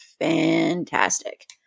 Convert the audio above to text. fantastic